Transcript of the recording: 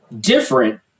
different